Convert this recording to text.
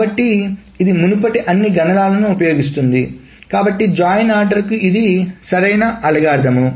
కాబట్టి ఇది మునుపటి అన్ని గణనలను ఉపయోగిస్తుంది కాబట్టి జాయిన్ ఆర్డర్కు ఇది సరైన అల్గోరిథం